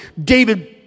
David